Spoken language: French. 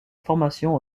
formation